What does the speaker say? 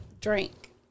drink